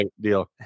deal